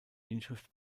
inschrift